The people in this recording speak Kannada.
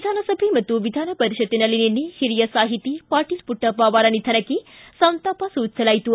ವಿಧಾನಸಭೆ ಮತ್ತು ವಿಧಾನಪರಿಷತ್ನಲ್ಲಿ ನಿನ್ನೆ ಹಿರಿಯ ಸಾಹಿತಿ ಪಾಟೀಲ್ ಪುಟ್ಟಪ್ಪ ಅವರ ನಿಧನಕ್ಕೆ ಸಂತಾಪ ಸೂಚಿಸಲಾಯಿತು